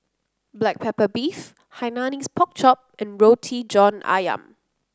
Black Pepper Beef Hainanese Pork Chop and Roti John ayam